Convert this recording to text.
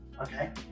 Okay